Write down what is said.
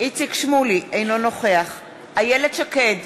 אינו נוכח איילת שקד,